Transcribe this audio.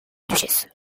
duchesse